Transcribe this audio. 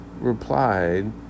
replied